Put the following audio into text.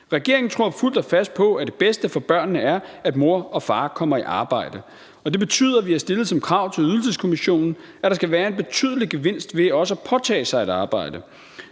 Regeringen tror fuldt og fast på, at det bedste for børnene er, at mor og far kommer i arbejde, og det betyder, at vi har stillet som krav til ydelseskommissionen, at der skal være en betydelig gevinst ved også at påtage sig et arbejde.